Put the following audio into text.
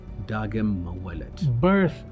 birth